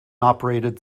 operated